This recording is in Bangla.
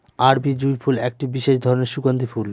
আরবি জুঁই ফুল একটি বিশেষ ধরনের সুগন্ধি ফুল